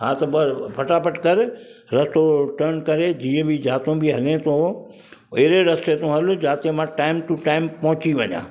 हा त भर फटाफट कर रस्तो टन करे जीअं बि जिते बि हले थो अहिड़े रस्ते थो हल जाते मां टाइम टू टाइम पहुची वञा